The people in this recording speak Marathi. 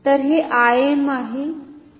तर हे Im आहे